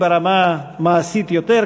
ברמה מעשית יותר,